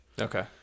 okay